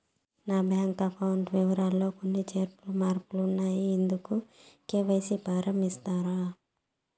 నా bank account వివరాలు లో కొన్ని చేర్పులు మార్పులు ఉన్నాయి, ఇందుకు కె.వై.సి ఫారం ఇస్తారా?